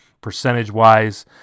percentage-wise